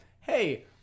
hey